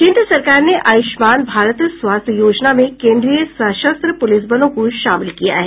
केन्द्र सरकार ने आयुष्मान भारत स्वास्थ्य योजना में केंद्रीय सशस्त्र पुलिसबलों को शामिल किया है